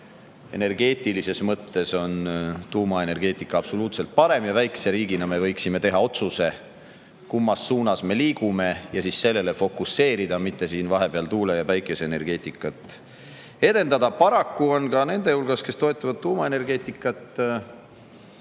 energeetilises mõttes on tuumaenergeetika absoluutselt parem. Väikese riigina me võiksime teha otsuse, kummas suunas me liigume, ja siis sellele fokuseerida, mitte siin vahepeal tuule‑ ja päikeseenergeetikat edendada. Paraku ka nende hulgas, kes toetavad tuumaenergeetikat,